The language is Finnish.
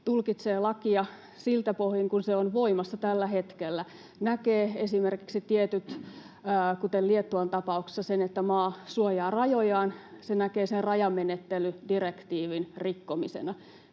tulkitsee lakia siltä pohjin kuin se on voimassa tällä hetkellä, näkee — kuten esimerkiksi Liettuan tapauksessa — sen, että maa suojaa rajojaan, rajamenettelydirektiivin rikkomisena,